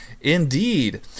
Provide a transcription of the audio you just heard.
Indeed